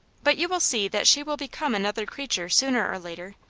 but you will see that she will become another crea ture sooner or later.